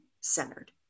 centered